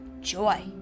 joy